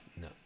No